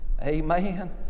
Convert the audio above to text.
Amen